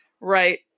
Right